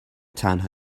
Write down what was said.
تنها